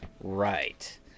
Right